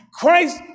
Christ